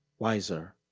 wiser.